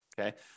okay